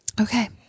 Okay